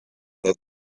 that